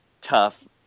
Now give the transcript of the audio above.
tough